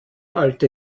alte